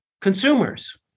consumers